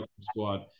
squad